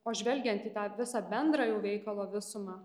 o žvelgiant į tą visą bendrą jau veikalo visumą